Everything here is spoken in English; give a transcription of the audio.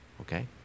Okay